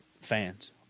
fans